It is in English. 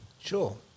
Sure